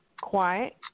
quiet